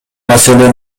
маселе